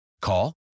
Call